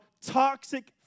toxic